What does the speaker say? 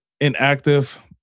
inactive